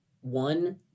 one